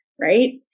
Right